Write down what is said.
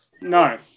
No